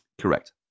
Correct